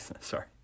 Sorry